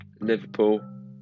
Liverpool